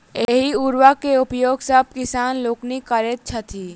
एहि उर्वरक के उपयोग सभ किसान लोकनि करैत छथि